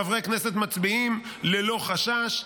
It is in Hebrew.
חברי כנסת מצביעים ללא חשש,